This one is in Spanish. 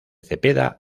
cepeda